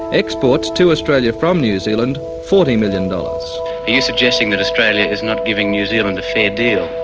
exports to australia from new zealand forty million dollars. are you suggesting that australia is not giving new zealand a fair deal?